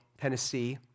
Tennessee